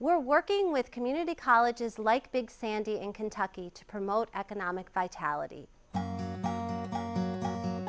we're working with community colleges like big sandy in kentucky to promote economic vitality